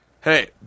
hey